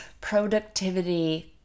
productivity